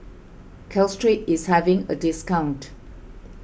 Caltrate is having a discount